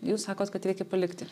jūs sakot kad reikia palikti